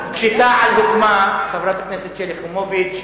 כשתע"ל הוקמה, חברת הכנסת יחימוביץ,